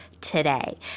today